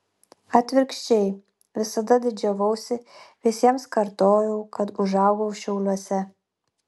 atvirkščiai visada didžiavausi visiems kartojau kad užaugau šiauliuose